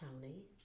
Tony